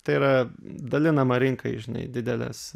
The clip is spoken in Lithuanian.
tai yra dalinama rinkai žinai dideles